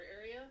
area